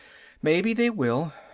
maybe they will.